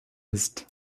ist